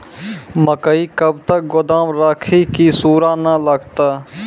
मकई कब तक गोदाम राखि की सूड़ा न लगता?